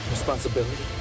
Responsibility